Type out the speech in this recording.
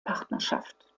partnerschaft